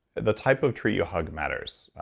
the type of tree you hug matters.